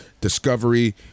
discovery